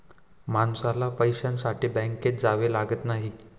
माणसाला पैशासाठी बँकेत जावे लागत नाही